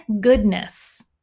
goodness